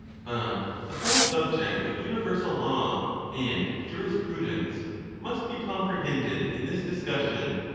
but the whole subject of universal law and jurisprudence must be comprehended in this discussion,